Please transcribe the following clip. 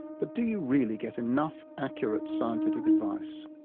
but do you really get enough accurate scientific advice?